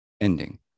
ending